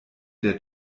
der